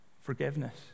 Forgiveness